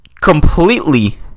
Completely